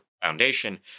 Foundation